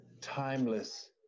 timeless